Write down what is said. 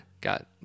got